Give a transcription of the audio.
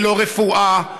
ללא רפואה,